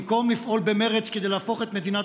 במקום לפעול במרץ כדי להפוך את מדינת